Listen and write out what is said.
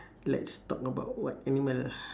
let's talk about what animal ah